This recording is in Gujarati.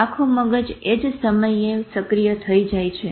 આખો મગજ એ જ સમયે સક્રિય થઇ જાય છે